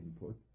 input